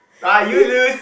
ah you lose